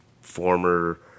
former